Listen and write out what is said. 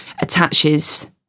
attaches